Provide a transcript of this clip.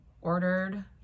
ordered